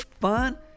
fun